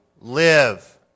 live